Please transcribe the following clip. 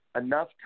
enough